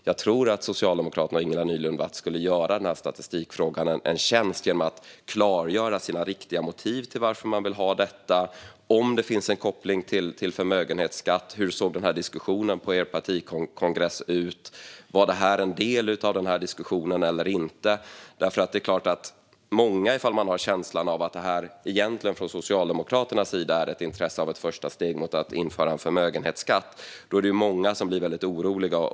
Jag tror att Socialdemokraterna och Ingela Nylund Watz skulle göra statistikfrågan en tjänst genom att klargöra sina riktiga motiv bakom att man vill ha detta, om det finns en koppling till förmögenhetsskatt, hur diskussionen på partikongressen såg ut och om det här var en del av diskussionen eller inte. Om många har känslan att det här egentligen är ett intresse hos Socialdemokraterna som ett första steg mot att införa förmögenhetsskatt är det klart att många blir oroliga.